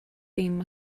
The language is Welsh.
dim